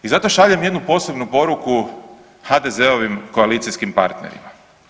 I zato šaljem jednu posebnu poruku HDZ-ovim koalicijskim partnerima.